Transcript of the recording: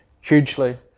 hugely